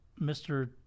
mr